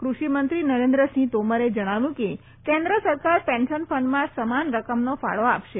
કૃષિ મંત્રી નરેન્દ્રસીંહ તોમરે જણાવ્યું કે કેન્દ્ર સરકાર પેન્શન ફંડમાં સમાન રકમનો ફાળો આપશે